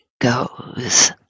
goes